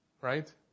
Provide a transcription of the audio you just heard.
right